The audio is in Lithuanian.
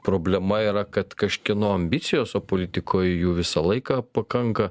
problema yra kad kažkieno ambicijos o politikoj jų visą laiką pakanka